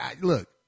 Look